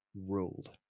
ruled